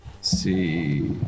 see